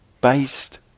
based